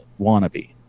wannabe